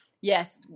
yes